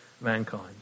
mankind